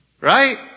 right